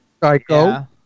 Psycho